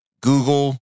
Google